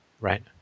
Right